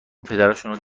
پدرشونو